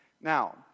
Now